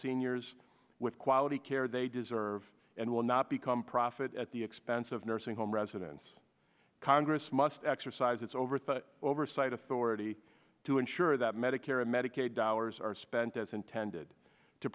seniors with quality care they deserve and will not become profit at the expense of nursing home residents congress must exercise its overthe oversight authority to ensure that medicare and medicaid dollars are spent as intended to